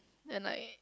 and like